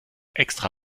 extra